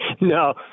No